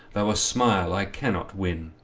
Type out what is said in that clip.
though a smile i cannot win.